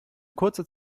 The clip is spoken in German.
kurze